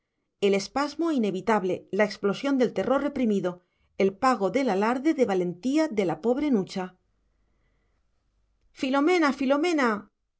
el espasmo inevitable la explosión del terror reprimido el pago del alarde de valentía de la pobre nucha filomena filomena